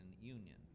Union